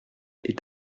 est